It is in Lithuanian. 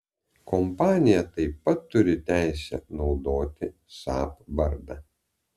kompanija taip pat turi teisę naudoti saab vardą